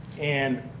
and